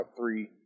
three